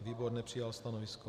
Výbor nepřijal stanovisko.